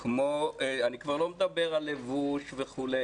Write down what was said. אני כבר לא מדבר על לבוש וכו',